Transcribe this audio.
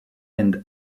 and